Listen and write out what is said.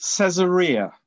Caesarea